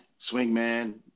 Swingman